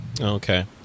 Okay